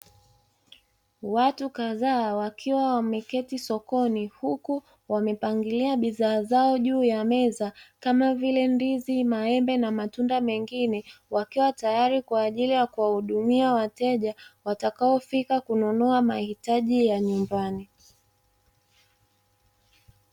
Watu kadhaa wakiwa wameketi sokoni huku wamepangilia bidhaa zao juu ya meza, kama vile: ndizi, maembe na matunda mengine; wakiwa tayari kwa ajili ya kuwahudumia wateja watakaofika kununua mahitaji ya nyumbani.